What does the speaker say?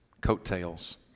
coattails